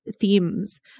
themes